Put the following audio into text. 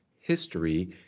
history